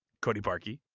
cody parkey.